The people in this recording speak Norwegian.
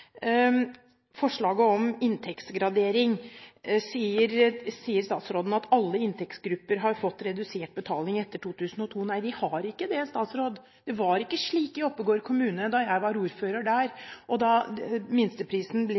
forslaget om inntektsgradering, sier statsråden at alle inntektsgrupper har fått redusert betaling etter 2002. Nei, de har ikke det, statsråd. Det var ikke slik i Oppegård kommune da jeg var ordfører der og minsteprisen ble